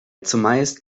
zumeist